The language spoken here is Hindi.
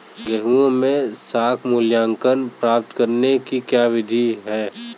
गाँवों में साख मूल्यांकन प्राप्त करने की क्या विधि है?